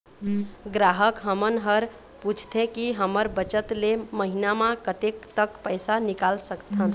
ग्राहक हमन हर पूछथें की हमर बचत ले महीना मा कतेक तक पैसा निकाल सकथन?